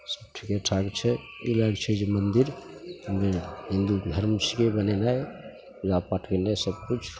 सब ठिकेठाक छै ई लैके छै जे मन्दिरमे हिन्दू धर्म छिए बनेनाइ पूजापाठ कएनाइ सबकिछु